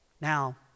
Now